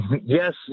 Yes